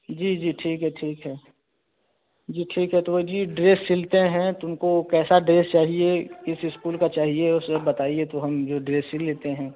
जी जी ठीक है ठीक है जी ठीक है तो वही जी ड्रेस सिलते है तो उनको कैसा ड्रेस चाहिए किस इस्कूल का चाहिए वह सब बताइए तो हम जो ड्रेस सील देते हैं